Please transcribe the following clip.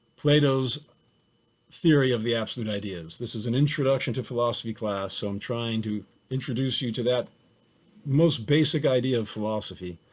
plato's theory of the absolute ideas. this is an introduction to philosophy class, so i'm trying to introduce you to that most basic idea of philosophy.